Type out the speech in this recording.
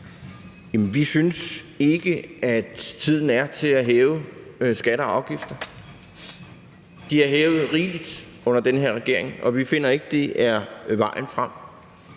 Vi synes ikke, at tiden er til at hæve skatter og afgifter. De er hævet rigeligt under den her regering, og vi finder ikke, at det er vejen frem.